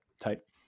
type